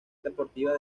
deportiva